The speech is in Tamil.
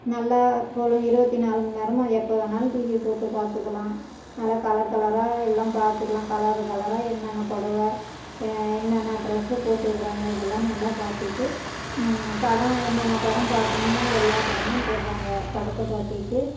நல்லா போலும் இருபத்தி நாலு மண் நேரமும் எப்போ வேணாலும் டிவியை போட்டு பார்த்துக்கலாம் நல்லா கலர்கலராக எல்லாம் பார்த்துக்கலாம் கலர் கலராக என்னென்ன புடவ என்னென்ன ட்ரஸ்ஸு போட்டுருக்குறாங்க இதெல்லாம் நல்லா பார்த்துக்கிட்டு படம் என்னென்ன படம் பார்க்கணுமோ எல்லா படமும் போடுறாங்க படத்தை பார்த்துக்கிட்டு